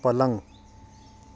पलंग